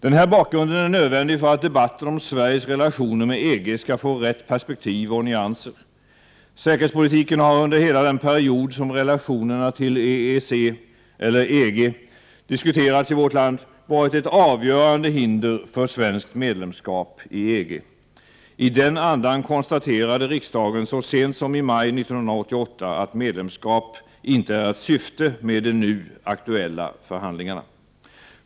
Den här bakgrunden är nödvändig för att debatten om Sveriges relationer med EG skall få rätt perspektiv och rätta nyanser. Säkerhetspolitiken har under hela den period som relationerna med EEC eller EG diskuterats i vårt land varit ett avgörande hinder för svenskt medlemskap i EG. I den andan konstaterade riksdagen så sent som i maj 1988 att EG-medlemskap inte är ett syfte med de nu aktuella förhandlingarna.